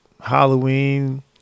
Halloween